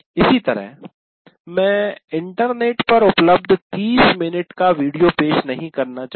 इसी तरह मैं इंटरनेट पर उपलब्ध 30 मिनट का वीडियो पेश नहीं करना चाहता